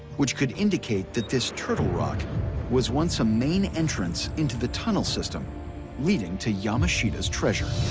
which could indicate that this turtle rock was once a main entrance into the tunnel system leading to yamashita's treasure.